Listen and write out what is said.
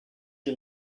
die